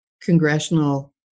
congressional